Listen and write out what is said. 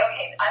okay